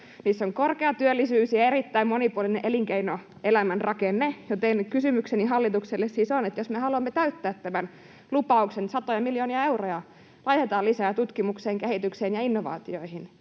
niissä on korkea työllisyys ja erittäin monipuolinen elinkeinoelämän rakenne. Kysymykseni hallitukselle siis on: jos me haluamme täyttää tämän lupauksen — satoja miljoonia euroja laitetaan lisää tutkimukseen, kehitykseen ja innovaatioihin